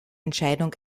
entscheidung